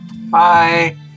Bye